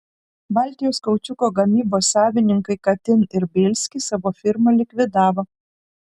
baltijos kaučiuko gamybos savininkai katin ir bielsky savo firmą likvidavo